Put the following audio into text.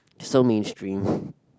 so mainstream